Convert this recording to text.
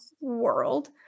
world